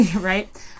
Right